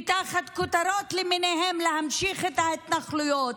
ותחת כותרות למיניהן להמשיך את ההתנחלויות.